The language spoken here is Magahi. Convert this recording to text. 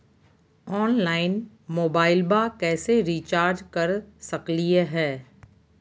ऑनलाइन मोबाइलबा कैसे रिचार्ज कर सकलिए है?